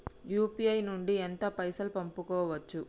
UPI నుండి ఎంత పైసల్ పంపుకోవచ్చు?